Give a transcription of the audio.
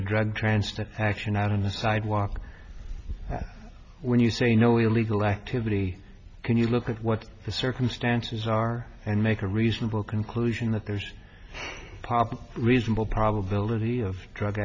a drug trance to action out on the sidewalk when you say no illegal activity can you look at what the circumstances are and make a reasonable conclusion that there's proper reasonable probability of drug